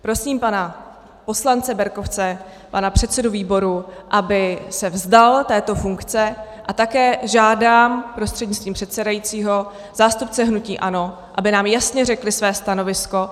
Prosím pana poslance Berkovce, pana předsedu výboru, aby se vzdal této funkce, a také žádám prostřednictvím předsedajícího zástupce hnutí ANO, aby nám jasně řekli své stanovisko.